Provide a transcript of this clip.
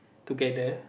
together